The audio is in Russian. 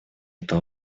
это